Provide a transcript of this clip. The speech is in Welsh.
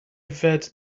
yfed